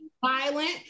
violent